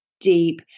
deep